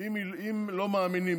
אם לא מאמינים,